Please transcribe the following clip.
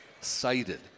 cited